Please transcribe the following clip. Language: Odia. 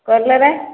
କଲରା